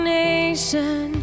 nation